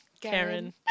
Karen